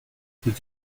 c’est